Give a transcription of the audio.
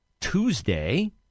Tuesday